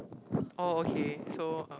oh okay so uh